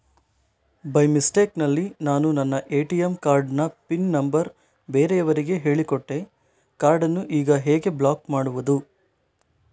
By mistake ನಲ್ಲಿ ನಾನು ನನ್ನ ಎ.ಟಿ.ಎಂ ಕಾರ್ಡ್ ನ ಪಿನ್ ನಂಬರ್ ಬೇರೆಯವರಿಗೆ ಹೇಳಿಕೊಟ್ಟೆ ಕಾರ್ಡನ್ನು ಈಗ ಹೇಗೆ ಬ್ಲಾಕ್ ಮಾಡುವುದು?